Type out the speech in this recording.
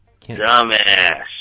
Dumbass